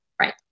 Right